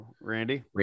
Randy